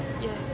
Yes